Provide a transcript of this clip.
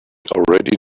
already